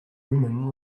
women